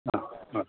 ആ അ